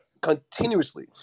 continuously